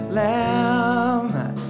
lamb